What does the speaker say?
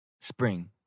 spring